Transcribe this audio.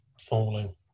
falling